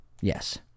Yes